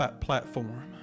platform